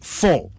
four